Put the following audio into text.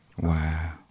Wow